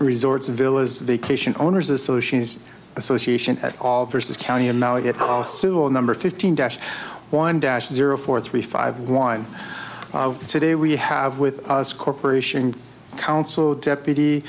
resorts villas vacation owners associates association versus county and now it costs to a number fifteen dash one dash zero four three five one today we have with us corporation council deputy